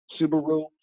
Subaru